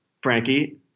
Frankie